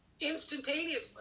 Instantaneously